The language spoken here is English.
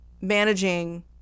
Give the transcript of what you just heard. managing